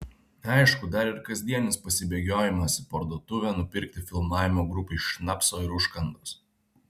aišku dar ir kasdienis pasibėgiojimas į parduotuvę nupirkti filmavimo grupei šnapso ir užkandos